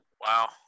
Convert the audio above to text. Wow